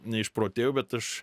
neišprotėjau bet aš